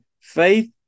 faith